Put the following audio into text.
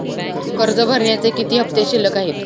कर्ज भरण्याचे किती हफ्ते शिल्लक आहेत?